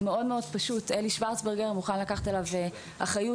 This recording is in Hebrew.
אלי שוורצברגר מוכן לקחת עליו אחריות